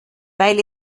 weil